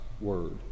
word